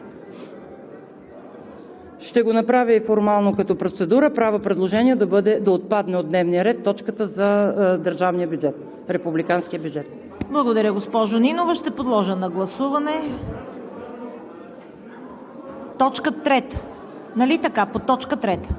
Ще го направя и формално като процедура – правя предложение да отпадне от дневния ред точката за държавния бюджет, републиканския бюджет. ПРЕДСЕДАТЕЛ ЦВЕТА КАРАЯНЧЕВА: Благодаря, госпожо Нинова. Ще подложа на гласуване